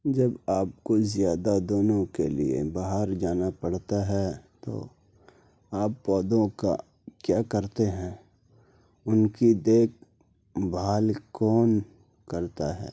جب آپ کوئی زیادہ دنوں کے لیے باہر جانا پڑتا ہے تو آپ پودوں کا کیا کرتے ہیں ان کی دیکھ بھال کون کرتا ہے